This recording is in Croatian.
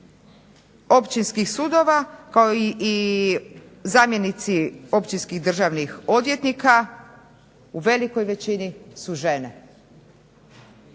općinskih sudova kao i zamjenici općinskih državnih odvjetnika u velikoj većini su žene.